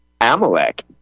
Amalek